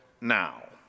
now